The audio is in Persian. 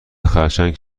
خرچنگ